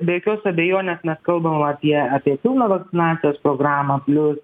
be jokios abejonės mes kalbam apie apie pilną vakcinacijos programą plius